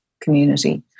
community